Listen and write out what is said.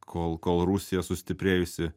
kol kol rusija sustiprėjusi